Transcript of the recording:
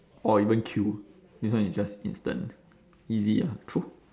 or even queue this one is just instant easy ah true